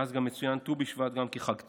מאז מצוין ט"ו בשבט גם כחג טבע,